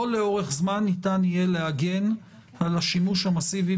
לא ניתן לאורך זמן להגן על השימוש המסיבי